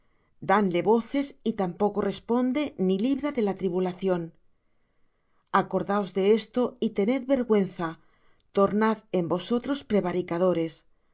sitio danle voces y tampoco responde ni libra de la tribulación acordaos de esto y tened vergüenza tornad en vosotros prevaricadores